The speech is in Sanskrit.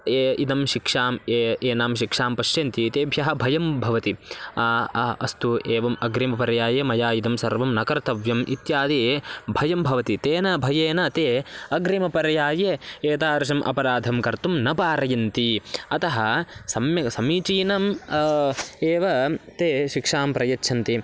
ये इदं शिक्षां ये एनां शिक्षां पश्यन्ति तेभ्यः भयं भवति अस्तु एवम् अग्रिमपर्याये मया इदं सर्वं न कर्तव्यम् इत्यादि भयं भवति तेन भयेन ते अग्रिमपर्याये एतारशम् अपराधं कर्तुं न पारयन्ति अतः सम्यग् समीचीनम् एव ते शिक्षां प्रयच्छन्ति